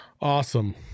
Awesome